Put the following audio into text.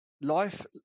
life-